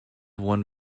one